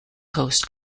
coast